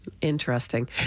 Interesting